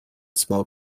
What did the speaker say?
small